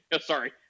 Sorry